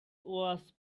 was